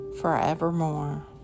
forevermore